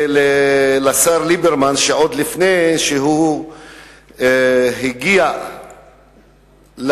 לשר ליברמן, שעוד לפני שהוא הגיע למדינה,